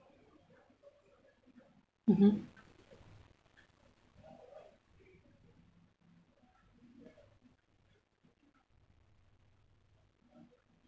mmhmm